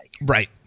Right